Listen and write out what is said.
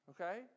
Okay